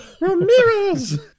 Ramirez